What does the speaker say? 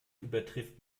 übertrifft